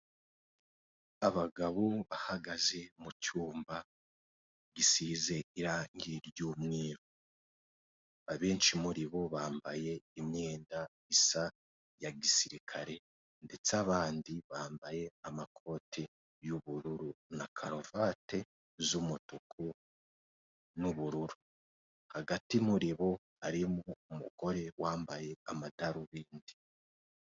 Abagabo bahagaze mu cyumba gisize irange ry'umweru ,abenshi muri bo bambaye imyenda isa ya gisirikare ndetse abandi bambaye amakote y'ubururu na karuvate z'umutuku n'ubururu hagati muri bo harimo umugore wambaye amadorobindi.